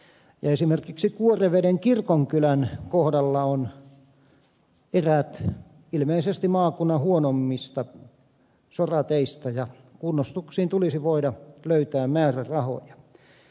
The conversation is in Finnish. esimerkiksi kuoreveden kirkonkylän kohdalla ovat eräät ilmeisesti maakunnan huonoimmista sorateistä ja kunnostuksiin tulisi voida löytää määrärahoja